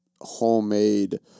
Homemade